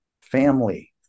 family